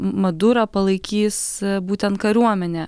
madurą palaikys būtent kariuomenė